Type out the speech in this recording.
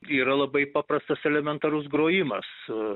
yra labai paprastas elementarus grojimas